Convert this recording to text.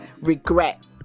regret